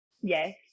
Yes